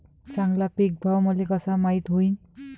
चांगला पीक भाव मले कसा माइत होईन?